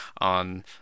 on